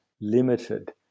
limited